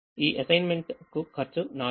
ఈ అసైన్మెంట్ కు ఖర్చు నాలుగు